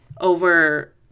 over